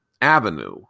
Avenue